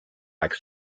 like